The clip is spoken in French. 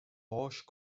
roches